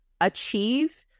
achieve